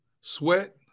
Sweat